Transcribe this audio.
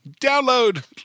download